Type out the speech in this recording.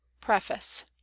Preface